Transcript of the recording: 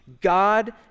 God